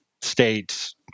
states